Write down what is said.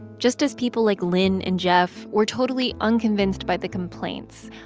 just as people like lynn and jeff were totally unconvinced by the complaints,